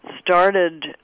started